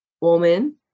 woman